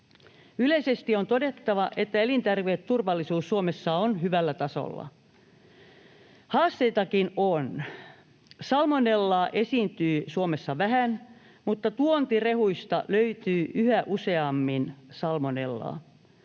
Yleisesti on todettava, että elintarviketurvallisuus on Suomessa hyvällä tasolla. Haasteitakin on. Salmonellaa esiintyy Suomessa vähän, mutta tuontirehuista salmonellaa